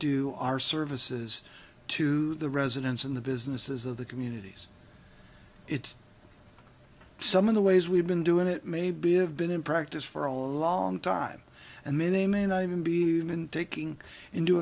do our services to the residents in the businesses of the communities it's some of the ways we've been doing it may be have been in practice for a long time and they may not even be taking into